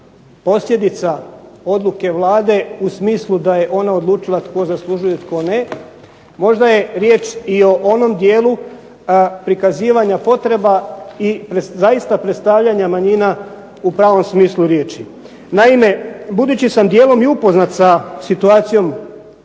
posljedica odluke Vlade u smislu da je ona odlučila tko zaslužuje tko ne. Možda je riječ i o onom dijelu prikazivanja potreba i zaista predstavljanja manjina u pravom smislu riječi. Naime, budući sam dijelom i upoznat sa situacijom